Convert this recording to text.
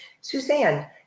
Suzanne